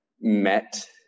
met